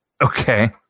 Okay